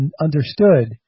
understood